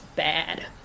bad